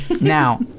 Now